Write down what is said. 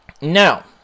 now